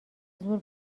زور